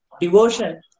devotion